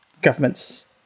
Governments